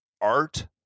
art